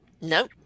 No